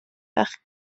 bach